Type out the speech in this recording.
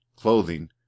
clothing